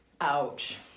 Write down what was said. Ouch